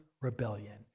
rebellion